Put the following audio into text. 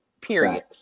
Period